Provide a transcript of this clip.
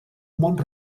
mont